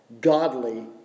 godly